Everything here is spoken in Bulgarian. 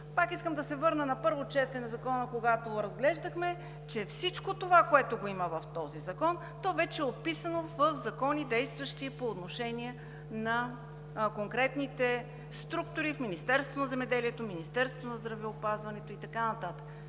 Пак искам да се върна на първо четене на Закона, когато го разглеждахме, че всичко това, което има в този закон, вече е описано в закони, действащи по отношение на конкретните структури в Министерството на земеделието, Министерството на здравеопазването и така